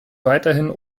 weiterhin